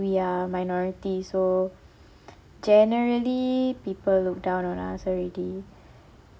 we are minority so generally people look down on us already